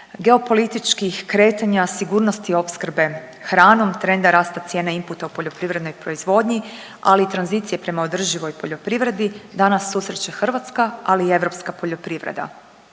geopolitičkih kretanja sigurnosti opskrbe hranom, trenda rasta cijena inputa u poljoprivrednoj proizvodnji, ali i tranzicije prema održivoj poljoprivredi danas susreće hrvatska, ali i europska poljoprivreda.